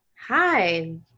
Hi